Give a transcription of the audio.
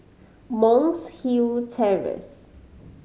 Monk's Hill Terrace